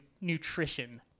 nutrition